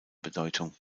bedeutung